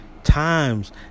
times